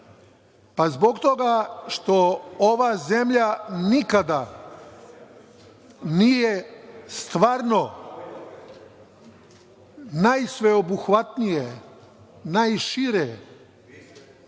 Zbog toga što ova zemlja nikada nije stvarno najsveobuhvatnije, najšire